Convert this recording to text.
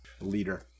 leader